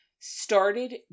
started